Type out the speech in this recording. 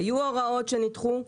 היו הוראות שנדחו,